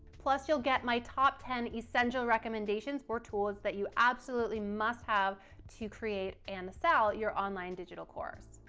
plus you'll get my top ten essential recommendations for tools that you absolutely must have to create and sell your online digital course.